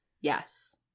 Yes